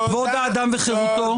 כבוד האדם וחירותו?